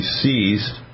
seized